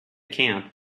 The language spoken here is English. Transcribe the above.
camp